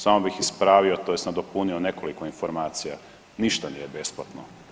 Samo bih ispravio tj. nadopunio nekoliko informacija, ništa nije besplatno.